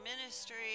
ministry